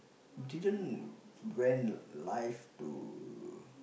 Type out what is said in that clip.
didn't went live to